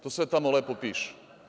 To sve tamo lepo piše.